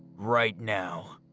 right now.